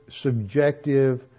subjective